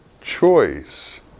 choice